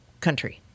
country